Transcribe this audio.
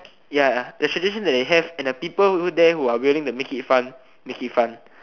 ya a suggestion that they have the people who are there who are willing to make it fun make it fun